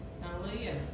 Hallelujah